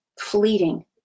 fleeting